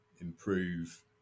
improve